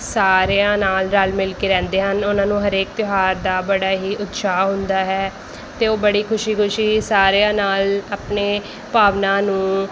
ਸਾਰਿਆਂ ਨਾਲ ਰਲ਼ ਮਿਲ਼ ਕੇ ਰਹਿੰਦੇ ਹਨ ਉਨ੍ਹਾਂ ਨੂੰ ਹਰੇਕ ਤਿਉਹਾਰ ਦਾ ਬੜਾ ਹੀ ਉਤਸ਼ਾਹ ਹੁੰਦਾ ਹੈ ਅਤੇ ਉਹ ਬੜੇ ਖੁਸ਼ੀ ਖੁਸ਼ੀ ਸਾਰਿਆਂ ਨਾਲ ਆਪਣੇ ਭਾਵਨਾ ਨੂੰ